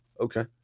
Okay